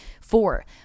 four